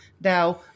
Now